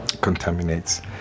contaminates